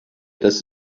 das